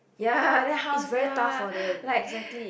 ya then how sia like